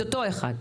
אותו אחד.